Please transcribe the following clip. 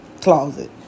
closet